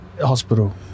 Hospital